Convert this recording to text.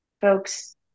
folks